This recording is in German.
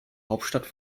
hauptstadt